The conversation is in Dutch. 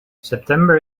september